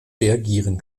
reagieren